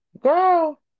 girl